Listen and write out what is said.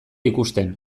ikusten